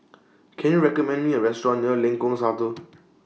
Can YOU recommend Me A Restaurant near Lengkok Satu